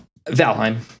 Valheim